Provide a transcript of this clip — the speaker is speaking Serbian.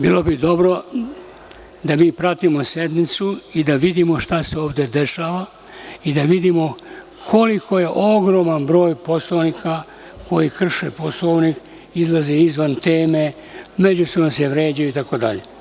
Bilo bi dobro da mi pratimo sednicu i da vidimo šta se ovde dešava i da vidimo koliko je ogroman broj poslanika koji krše Poslovnik, izlaze izvan teme, međusobno se vređaju itd.